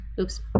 Oops